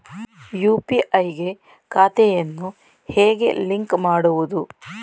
UPI ಗೆ ಖಾತೆಯನ್ನು ಹೇಗೆ ಲಿಂಕ್ ಮಾಡುವುದು?